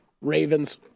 Ravens